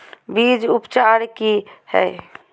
बीज उपचार कि हैय?